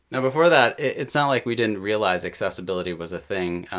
now, before that, it's not like we didn't realize accessibility was a thing.